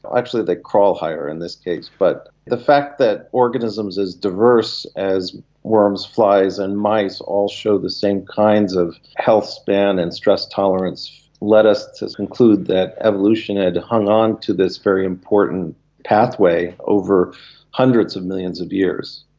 actually they crawl higher in this case. but the fact that organisms as diverse as worms, flies and mice all show the same kinds of health span and stress tolerance led us to conclude that evolution had hung on to this very important pathway over hundreds of millions of years.